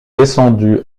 descendu